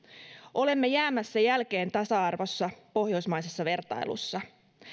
olemme jäämässä jälkeen tasa arvossa pohjoismaisessa vertailussa